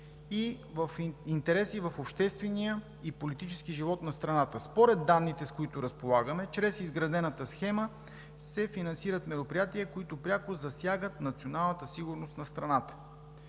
области на обществения и политическия живот на страната. Според данните, с които разполагаме, чрез изградената схема се финансират мероприятия, които пряко засягат националната сигурност на страната.